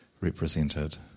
represented